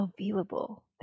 available